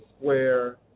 square